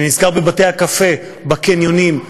אני נזכר בבתי-הקפה, בקניונים,